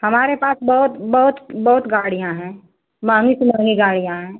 हमारे पास बहुत बहुत बहुत गाड़ियाँ हैं महँगी से महँगी गाड़ियाँ हैं